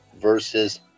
versus